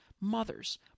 mothers